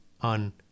on